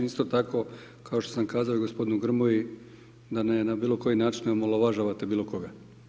Isto tako, kao što sam kazao gospodinu Grmoji, da ne na bilo koji način omalovažavate bilo koga.